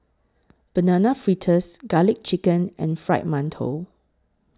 Banana Fritters Garlic Chicken and Fried mantou